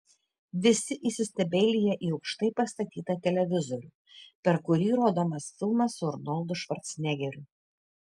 visi įsistebeilija į aukštai pastatytą televizorių per kurį rodomas filmas su arnoldu švarcnegeriu